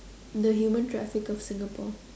the human traffic of Singapore